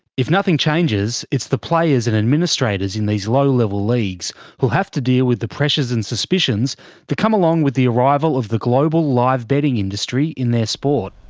if nothing changes, it's the players and administrators in these low-level leagues who will have to deal with the pressures and suspicions that come along with the arrival of the global live-betting industry in their sport.